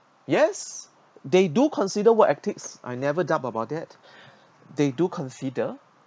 yes they do consider what ethics I never doubt about that they do consider